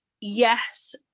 yes